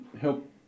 help